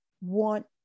want